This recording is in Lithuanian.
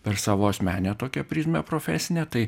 per savo asmeninę tokią prizmę profesinę tai